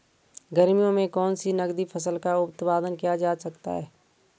गर्मियों में कौन सी नगदी फसल का उत्पादन किया जा सकता है?